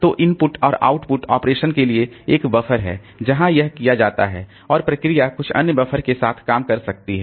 तो इनपुट और output operation के लिए एक बफर है जहां यह किया जाता है और प्रोसेस कुछ अन्य बफर के साथ काम कर सकती है